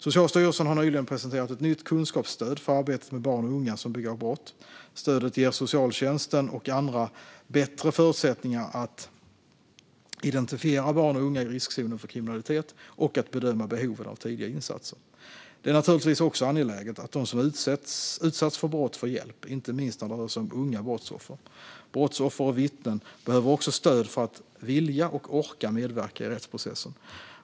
Socialstyrelsen har nyligen presenterat ett nytt kunskapsstöd för arbetet med barn och unga som begår brott. Stödet ger socialtjänsten och andra bättre förutsättningar att identifiera barn och unga i riskzonen för kriminalitet och att bedöma behoven av tidiga insatser. Det är naturligtvis också angeläget att de som utsatts för brott får hjälp, inte minst när det rör sig om unga brottsoffer. Brottsoffer och vittnen behöver också stöd för att vilja och orka medverka i rättsprocessen.